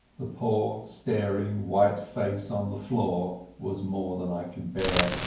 the poor staring white face on the floor was more than i could bear,